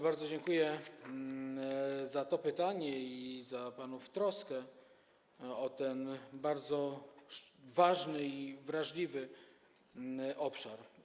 Bardzo dziękuję za to pytanie i za panów troskę o ten bardzo ważny i wrażliwy obszar.